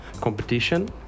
competition